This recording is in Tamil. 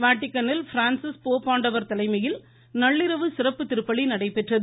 வாடிக்கனில் பிரான்சிஸ் போப் ஆண்டவர் தலைமையில் நள்ளிரவு சிறப்பு திருப்பலி நடைபெற்றது